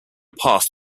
path